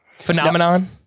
phenomenon